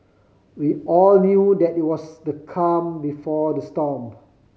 we all knew that it was the calm before the storm